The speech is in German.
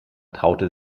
traute